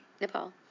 Nepal